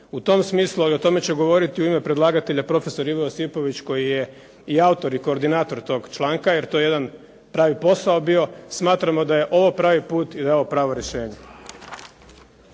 u tom smislu i o tome će govoriti u ime predlagatelja profesor Ivo Josipović koji je koordinator i autor tog članka, jer to je jedan pravi posao bio, smatramo da je ovo pravi put i pravo rješenje.